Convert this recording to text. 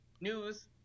news